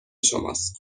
شماست